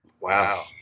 Wow